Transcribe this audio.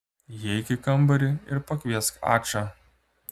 įeik į kambarį ir pakviesk ačą